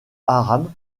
haram